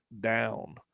down